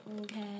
okay